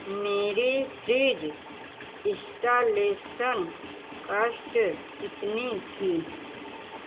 मेरी fridge installation cost कितनी थी